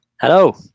hello